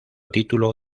título